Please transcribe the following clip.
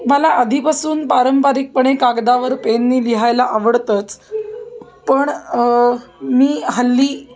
मला आधीपासून पारंपरिकपणे कागदावर पेनने लिहायला आवडतंच पण मी हल्ली